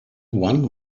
one